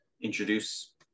introduce